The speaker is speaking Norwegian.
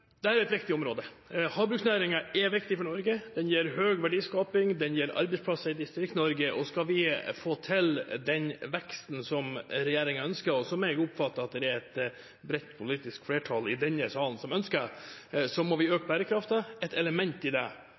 er et viktig område. Havbruksnæringen er viktig for Norge. Den gir høy verdiskaping, og den gir arbeidsplasser i Distrikts-Norge. Skal vi få til den veksten som regjeringen ønsker, og som jeg oppfatter at et bredt politisk flertall i denne salen ønsker, må vi øke bærekraften. Et element i det